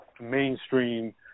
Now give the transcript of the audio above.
mainstream